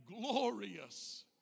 glorious